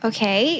Okay